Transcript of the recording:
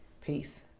Peace